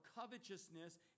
covetousness